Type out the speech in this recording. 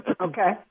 Okay